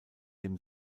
dem